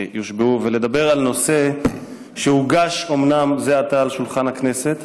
אני רוצה לדבר על נושא שאומנם הוגש זה עתה לשולחן הכנסת,